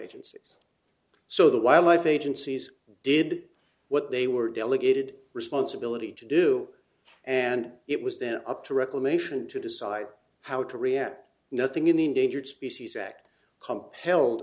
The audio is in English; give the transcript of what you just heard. agency so the wildlife agencies did what they were delegated responsibility to do and it was then up to reclamation to decide how to react nothing in the endangered species